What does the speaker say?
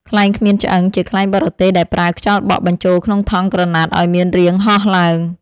ខ្លែងគ្មានឆ្អឹង ជាខ្លែងបរទេសដែលប្រើខ្យល់បក់បញ្ចូលក្នុងថង់ក្រណាត់ឱ្យមានរាងហោះឡើង។